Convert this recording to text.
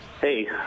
Hey